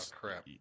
crap